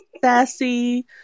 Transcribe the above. sassy